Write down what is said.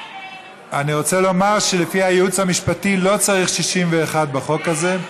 אני רוצה לומר שלפי הייעוץ המשפטי לא צריך 61 בחוק הזה.